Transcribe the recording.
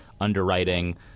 underwriting